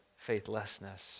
faithlessness